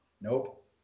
Nope